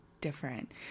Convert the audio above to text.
different